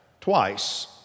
twice